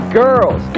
girls